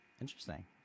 Interesting